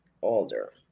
Alder